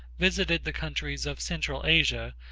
visited the countries of central asia,